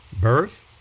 Birth